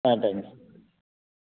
ah thank you